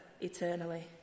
eternally